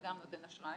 וגם נותן אשראי.